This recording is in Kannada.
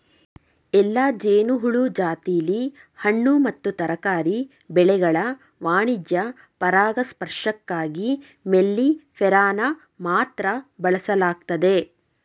ಎಲ್ಲಾ ಜೇನುಹುಳು ಜಾತಿಲಿ ಹಣ್ಣು ಮತ್ತು ತರಕಾರಿ ಬೆಳೆಗಳ ವಾಣಿಜ್ಯ ಪರಾಗಸ್ಪರ್ಶಕ್ಕಾಗಿ ಮೆಲ್ಲಿಫೆರಾನ ಮಾತ್ರ ಬಳಸಲಾಗ್ತದೆ